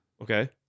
okay